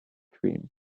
dream